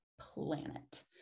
planet